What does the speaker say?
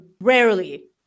rarely